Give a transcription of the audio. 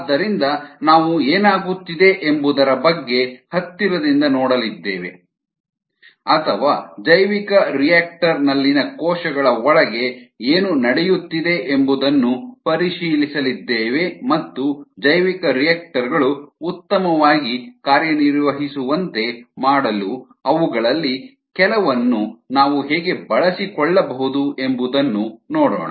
ಆದ್ದರಿಂದ ನಾವು ಏನಾಗುತ್ತಿದೆ ಎಂಬುದರ ಬಗ್ಗೆ ಹತ್ತಿರದಿಂದ ನೋಡಲಿದ್ದೇವೆ ಅಥವಾ ಜೈವಿಕರಿಯಾಕ್ಟರ್ ನಲ್ಲಿನ ಕೋಶಗಳ ಒಳಗೆ ಏನು ನಡೆಯುತ್ತಿದೆ ಎಂಬುದನ್ನು ಪರಿಶೀಲಿಸಲಿದ್ದೇವೆ ಮತ್ತು ಜೈವಿಕರಿಯಾಕ್ಟರ್ ಗಳು ಉತ್ತಮವಾಗಿ ಕಾರ್ಯನಿರ್ವಹಿಸುವಂತೆ ಮಾಡಲು ಅವುಗಳಲ್ಲಿ ಕೆಲವನ್ನು ನಾವು ಹೇಗೆ ಬಳಸಿಕೊಳ್ಳಬಹುದು ಎಂಬುದನ್ನು ನೋಡೋಣ